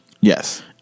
Yes